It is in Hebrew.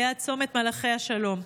ליד צומת מלאכי השלום.